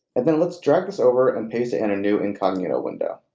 and then let's drag this over and paste it in a new incognito window.